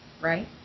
right